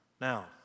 Now